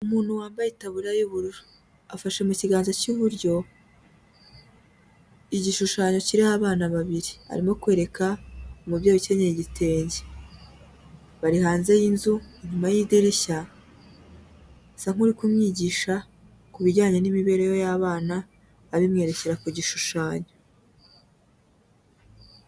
Umuntu wambayetabubura y'ubururu afashe mu kiganza cy'iburyo igishushanyo kiriho abana babiri arimo kwereka umubyeyi ukeneyenye igitenge, bari hanze y'inzu inyuma y'idirishya bisa nk'uri kumwigisha ku bijyanye n'imibereho y'abana abimwerekera ku gishushanyo.